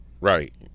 Right